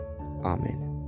Amen